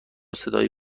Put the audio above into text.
صدای